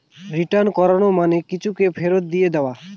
return করানো মানে কিছুকে ফেরত দিয়ে দেওয়া